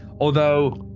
although.